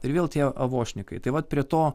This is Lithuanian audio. ir vėl tie avošnikai tai vat prie to